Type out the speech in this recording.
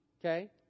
okay